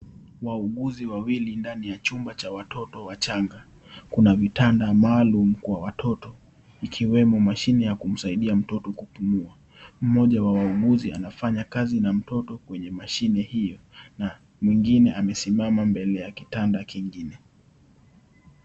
Wauzaji wawili ndani ya chumba cha watoto wachanga. Kuna vitanda maalum kwa watoto. Ikiwemo mashine ya kumsaidia mtoto kupumua. Mmoja wa wauguzi anafanya kazi na watoto kwenye mashine hiyo na mwingine amesimama mbele ya kitanda kingine.